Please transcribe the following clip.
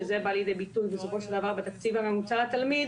שזה בא לידי ביטוי בסופו של דבר בתקציב הממוצע לתלמיד,